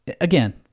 again